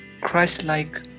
Christ-like